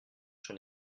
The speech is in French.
sur